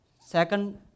second